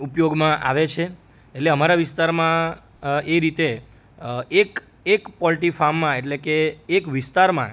ઉપયોગમાં આવે છે એટલે અમારા વિસ્તારમાં એ રીતે એક એક પોલ્ટ્રી ફાર્મમાં એટલે કે એક વિસ્તારમાં